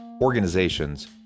organizations